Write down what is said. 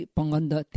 Panganda